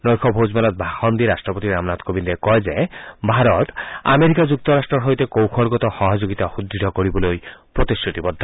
নৈশ ভোজমেলত ভাষণ দি ৰাট্টপতি ৰামনাথ কোবিন্দে কয় যে ভাৰত আমেৰিকা যুক্তৰাট্টৰ সৈতে কৌশলগত সহযোগিতা সুদৃঢ় কৰিবলৈ প্ৰতিশ্ৰুতিৰদ্ধ